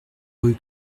rue